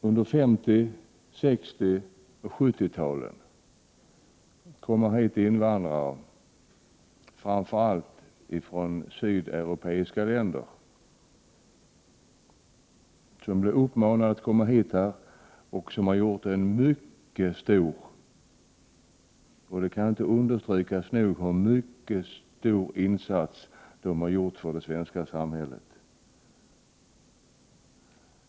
Under 50-, 60 och 70-talen kom invandrare hit från sydeuropeiska länder. De blev uppmanade att komma hit, och de har gjort mycket stora insatser — det kan inte nog understrykas — för det svenska samhället.